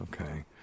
Okay